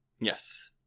Yes